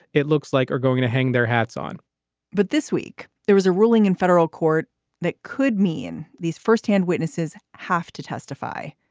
it looks like are going to hang their hats on but this week, there was a ruling in federal court that could mean these firsthand witnesses have to testify.